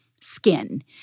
skin